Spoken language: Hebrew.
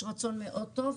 ויש רצון מאוד טוב.